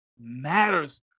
matters